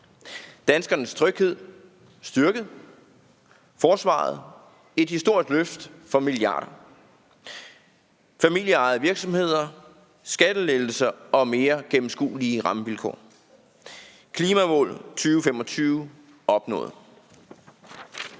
danskernes tryghed er styrket, forsvaret har fået et historisk løft for milliarder, familieejede virksomheder har fået skattelettelser og mere gennemskuelige rammevilkår, klimamål for 2025 er opnået.